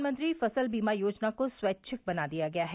प्रधानमंत्री फसल बीमा योजना को स्वैच्छिक बना दिया गया है